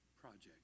project